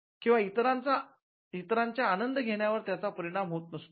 किंवा इतरांच्या आनंद घेण्यावर त्याचा परिणाम ही होत नसतो